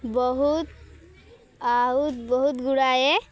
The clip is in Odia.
ବହୁତ ଆଉତ୍ ବହୁତ ଗୁଡ଼ାଏ